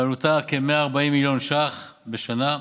ועלותה כ-140 מיליון ש"ח בשנה.